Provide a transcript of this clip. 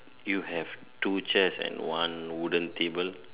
you have two chairs and one wooden table